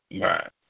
Right